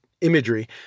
imagery